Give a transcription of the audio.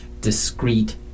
discrete